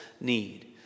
need